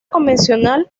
convencional